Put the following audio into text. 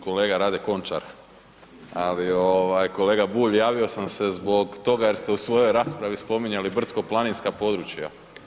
Kolega Rade Končar, ali ovaj kolega Bulj, javio sam se zbog toga jer ste u svojoj raspravi spominjali brdsko planinska područja.